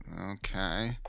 Okay